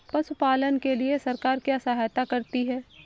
पशु पालन के लिए सरकार क्या सहायता करती है?